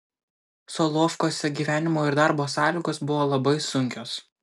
solovkuose gyvenimo ir darbo sąlygos buvo labai sunkios